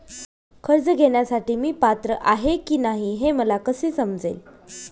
कर्ज घेण्यासाठी मी पात्र आहे की नाही हे मला कसे समजेल?